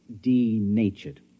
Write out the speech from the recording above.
denatured